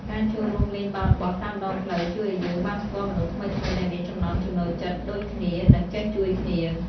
ការចូលរួមលេងបាល់បោះតាមដងផ្លូវជួយឱ្យយើងបានស្គាល់មនុស្សថ្មីៗដែលមានចំណង់ចំណូលចិត្តដូចគ្នា និងចេះជួយគ្នា។